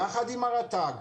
עם הרט"ג,